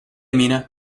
mina